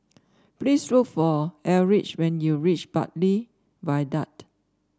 please look for Eldridge when you reach Bartley Viaduct